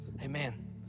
Amen